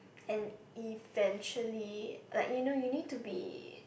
and eventually like you know you need to be